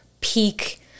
peak